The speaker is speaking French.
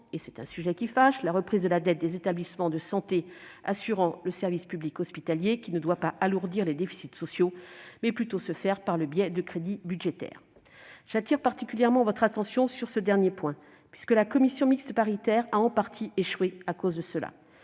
et c'est un sujet qui fâche, la reprise de la dette des établissements de santé assurant le service public hospitalier, qui devrait non pas alourdir les déficits sociaux, mais plutôt se faire par le biais de crédits budgétaires. J'attire particulièrement votre attention sur ce dernier point, qui est, en partie, la cause de